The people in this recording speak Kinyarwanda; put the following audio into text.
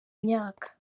myaka